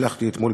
נשלחתי אתמול,